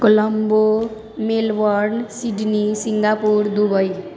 Colombo Melbourne Sydney Singapore Dubai